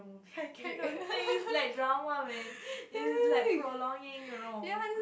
I cannot laze like drama man is like prolonging you know